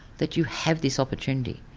that you have this opportunity.